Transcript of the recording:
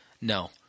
No